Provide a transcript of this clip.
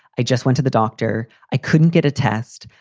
i just went to the doctor. i couldn't get a test.